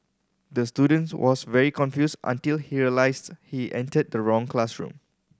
the student was very confused until he realised he entered the wrong classroom